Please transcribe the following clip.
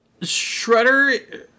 Shredder